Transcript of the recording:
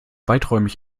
weiträumig